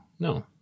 No